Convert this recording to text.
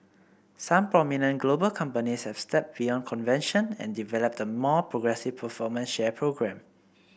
some prominent global companies have stepped beyond convention and developed the more progressive performance share programme